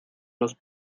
los